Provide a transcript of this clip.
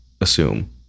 assume